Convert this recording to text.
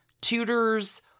tutors